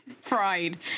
fried